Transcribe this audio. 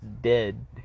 dead